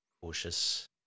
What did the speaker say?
cautious